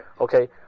Okay